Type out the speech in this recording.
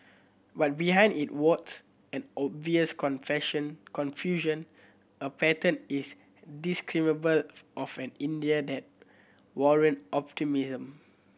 but behind it warts and obvious confusion a pattern is discernible of an India that warrant optimism